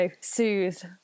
soothe